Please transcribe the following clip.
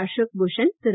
Ashok Bhushan Thiru